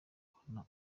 kubona